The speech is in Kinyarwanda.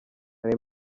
hari